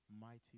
mighty